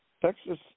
Texas